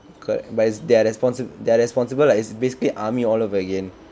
correct but it's their response it's their responsible lah it's basically army all over again